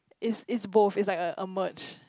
is is both is like a a merge